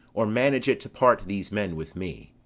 or manage it to part these men with me.